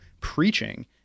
preaching